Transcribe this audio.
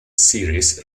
series